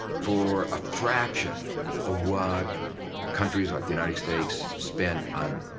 for a fraction of what countries like the united states spend on